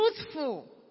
truthful